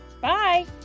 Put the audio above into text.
bye